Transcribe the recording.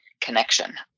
connection